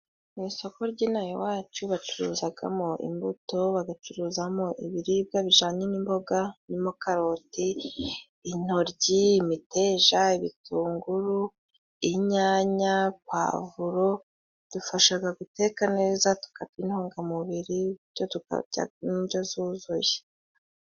Mu isoko ry'inaha iwacu bacuruzagamo imbuto, bagacuruzamo ibiribwa bijanye n'imboga birimo karoti, intoryi, imiteja, ibitunguru, inyanya, pavro zidufashaga guteka neza tukarya intungamubiri, bityo tukarya indyo zuzuye.